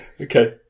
okay